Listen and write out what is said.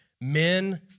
Men